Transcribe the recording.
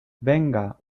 venga